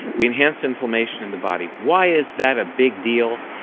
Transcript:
we enhance inflammation in the body why is that a big deal?